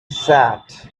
sat